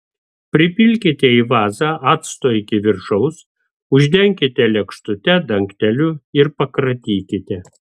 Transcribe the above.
pripilkite į vazą acto iki viršaus uždenkite lėkštute dangteliu ir pakratykite